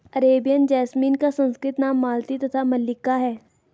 Arabian jasmine का संस्कृत नाम मालती तथा मल्लिका है